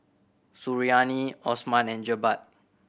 Suriani Osman and Jebat